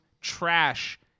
trash